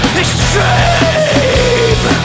extreme